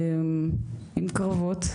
עם קרבות,